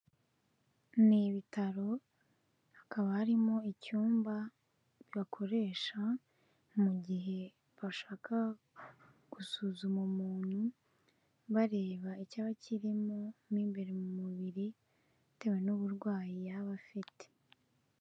Ni ibitaro, hakaba harimo icyumba bakoresha mu gihe bashaka gusuzuma umuntu bareba icyaba cyirimo imbere mu mubiri, bitewe n'uburwayi yaba afite.